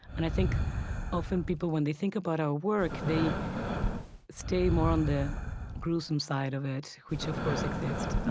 and i think often people, when they think about our work, they stay more on the gruesome side of it, which of course exists,